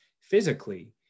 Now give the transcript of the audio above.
physically